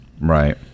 right